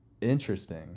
interesting